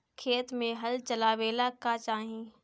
खेत मे हल चलावेला का चाही?